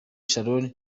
shalom